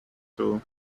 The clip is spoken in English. too